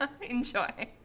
Enjoy